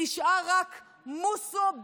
נשאר רק מוסו-ביבי,